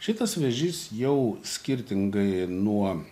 šitas vėžys jau skirtingai nuo